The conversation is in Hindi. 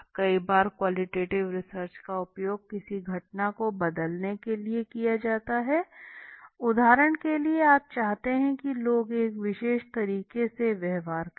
कई बार क्वालिटेटिव रिसर्च का उपयोग किसी घटना को बदलने के लिए किया जाता है उदाहरण के लिए आप चाहते हैं कि लोग एक विशेष तरीके से व्यवहार करें